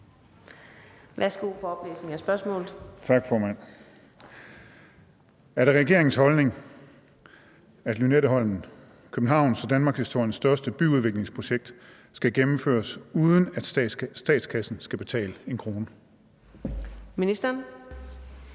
Værsgo for oplæsning af spørgsmålet. Kl. 13:58 Torsten Gejl (ALT): Tak, formand. Er det regeringens holdning, at Lynetteholmen – Københavns og danmarkshistoriens største byudviklingsprojekt – skal gennemføres, uden at statskassen skal betale en krone? Kl.